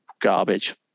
garbage